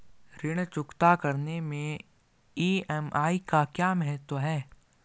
ऋण चुकता करने मैं ई.एम.आई का क्या महत्व है?